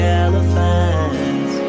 elephants